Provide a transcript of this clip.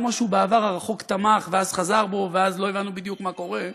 כמו שהוא בעבר הרחוק תמך ואז חזר בו ואז לא הבנו בדיוק מה קורה,